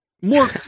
more